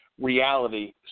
reality